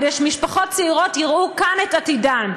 כדי שמשפחות צעירות ייראו כאן את עתידן.